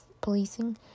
policing